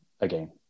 again